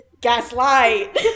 Gaslight